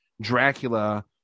Dracula